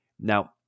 Now